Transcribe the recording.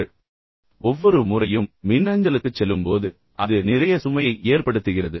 இல்லையெனில் ஒவ்வொரு முறையும் நீங்கள் மின்னஞ்சலுக்குச் செல்லும்போது அது உங்களுக்கு நிறைய சுமையை ஏற்படுத்துகிறது